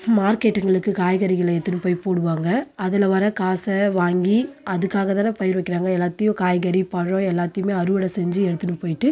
மார்க்கெட்டுங்களுக்கு காய்கறிகளை எடுத்துகினு போய் போடுவாங்க அதில் வர காசை வாங்கி அதுக்காகதானே பயிர் வைக்கிறாங்க எல்லாத்தையும் காய்கறி பழம் எல்லாத்தையுமே அறுவடை செஞ்சு எடுத்துகினு போய்ட்டு